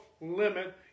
limit